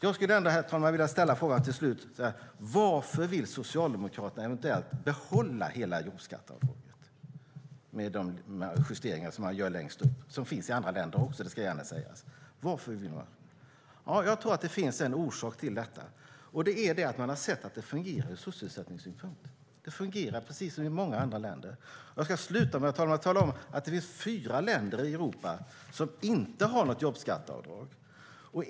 Jag skulle till slut vilja ställa frågan: Varför vill Socialdemokraterna eventuellt behålla hela jobbskatteavdraget med de justeringar som man gör längst upp? Detta finns i andra länder också; det ska gärna sägas. Jag tror att det finns en orsak till att de vill det. De har sett att det fungerar från sysselsättningssynpunkt. Det fungerar precis som i många andra länder. Jag ska sluta, herr talman, med att tala om att det finns fyra länder i Europa som inte har något jobbskatteavdrag.